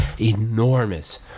enormous